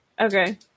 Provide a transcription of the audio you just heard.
Okay